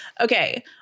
Okay